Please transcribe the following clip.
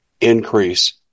increase